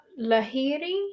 lahiri